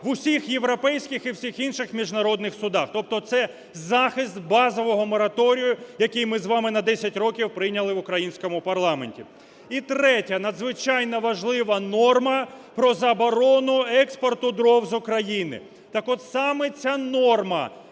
в усіх європейських і всіх інших міжнародних судах. Тобто це захист базового мораторію, який ми з вами на 10 років прийняли в українському парламенті. І третя надзвичайно важлива норма – про заборону експорту дров з України. Так от саме ця норма,